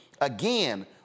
again